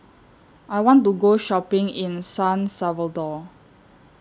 I want to Go Shopping in San Salvador